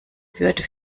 würde